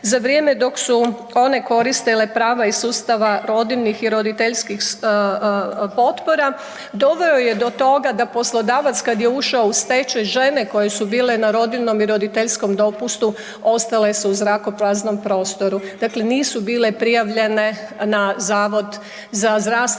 za vrijeme dok su one koristile prava iz sustava rodiljnih i roditeljskih potpora doveo je do toga da poslodavac kad je ušao u stečaj, žene koje su bile na rodiljnom i roditeljskom dopustu ostale su u zrakopraznom prostoru. Dakle nisu bile prijavljene na HZZO, na HZZ,